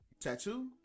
Tattoo